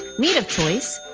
meat of choice,